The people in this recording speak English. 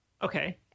Okay